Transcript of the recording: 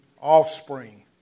offspring